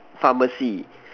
pharmacy